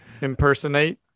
Impersonate